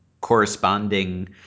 corresponding